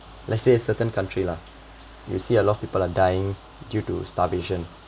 let's say certain country lah you see a lot of people are dying due to starvation